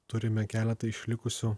turime keletą išlikusių